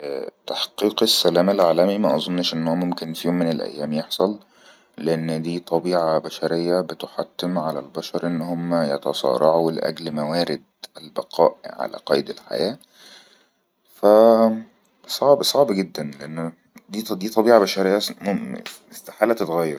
تحقيق السلام العالمي ما أظنش أنه ممكن فيه من الأيام يحصل لأنه دي طبيعة بشرية بتحتم على البشر أنهم يتصارعوا لأجل موارد البقاء على قيد الحياة فصعب-صعب جدن لأن دي طبيعة بشرية استحالة تتغير